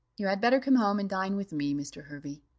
you had better come home and dine with me, mr. hervey,